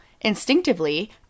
instinctively